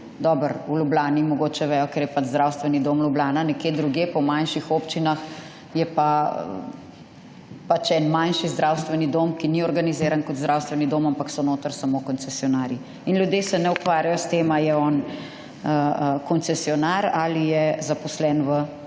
Dobro, v Ljubljani mogoče vejo, ker je pač Zdravstveni dom Ljubljana, nekje drugje po manjših je pa pač en manjši zdravstveni dom, ki ni organiziran kot zdravstveni dom, ampak so notri samo koncesionarji. In ljudje se ne ukvarjajo s tem ali je on koncesionar ali je zaposlen v javnem